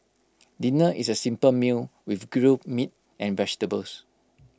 dinner is A simple meal with grilled meat and vegetables